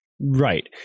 Right